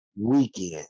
weekend